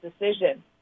decision